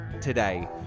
today